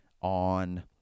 on